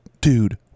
dude